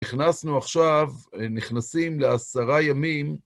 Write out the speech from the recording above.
נכנסנו עכשיו, נכנסים לעשרה ימים.